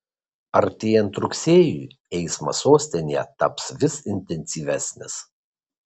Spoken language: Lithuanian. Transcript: artėjant rugsėjui eismas sostinėje tampa vis intensyvesnis